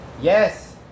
Yes